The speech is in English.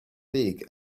big